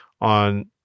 on